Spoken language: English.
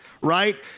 right